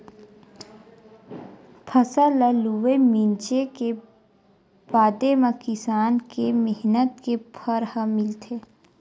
फसल ल लूए, मिंजे के बादे म किसान के मेहनत के फर ह मिलथे